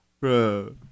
Bro